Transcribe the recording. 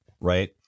right